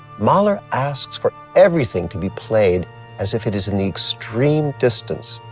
mahler asks for everything to be played as if it is in the extreme distance,